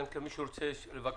אלא אם כן מישהו רוצה לבקש